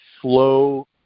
slow